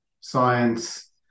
science